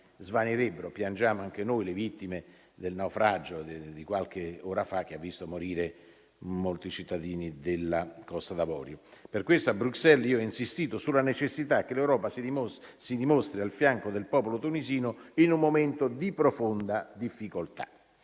Piangiamo anche noi le vittime del naufragio di qualche ora fa, che ha visto morire molti cittadini della Costa d'Avorio. Per questo a Bruxelles ho insistito sulla necessità che l'Europa si mostri al fianco del popolo tunisino in un momento di profonda difficoltà.